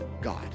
God